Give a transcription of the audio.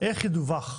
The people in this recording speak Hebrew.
איך ידווח.